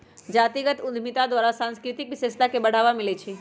जातीगत उद्यमिता द्वारा सांस्कृतिक विशेषता के बढ़ाबा मिलइ छइ